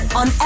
on